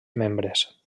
membres